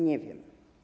Nie wiem.